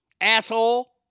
Asshole